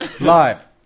live